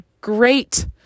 great